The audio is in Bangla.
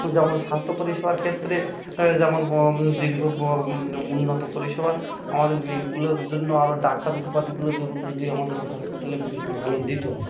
যেমন স্বাস্থ্য পরিষেবার ক্ষেত্রে যেমন দীর্ঘ উন্নত পরিষেবা আমাদের এগুলোর জন্য আরও ডাক্তার উপাধিগুলো যদি আমাদের হসপিটালে ভালো দিত